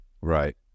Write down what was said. Right